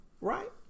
right